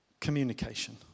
communication